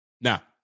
Now